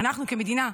אנחנו כמדינה,